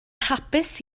hapus